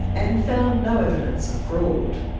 and found no evidence of fraud.